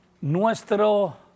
nuestro